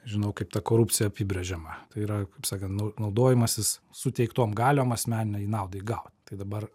žinau kaip ta korupcija apibrėžiama tai yra kaip sakant naudojimasis suteiktom galiom asmeninei naudai gaut tai dabar